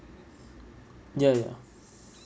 ya ya